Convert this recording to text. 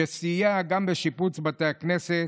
שסייע גם בשיפוץ בתי הכנסת,